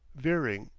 veering,